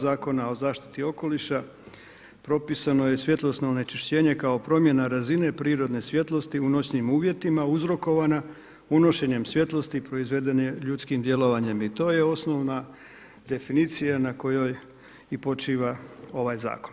Zakona o zaštiti okoliša, propisano je svjetlosno onečišćenje kao promjena razine prirodne svjetlosti u noćnim uvjetima uzrokovana unošenjem svjetlosti proizveden je ljudskim djelovanjem i to je osnovna definicija na kojoj i počiva ovaj zakon.